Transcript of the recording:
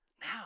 now